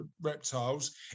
reptiles